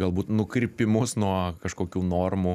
galbūt nukrypimus nuo kažkokių normų